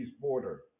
border